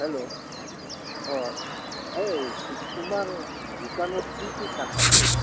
hello অঁ এই তোমাৰ দোকানত কি কি কাঠ আছে